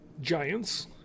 Giants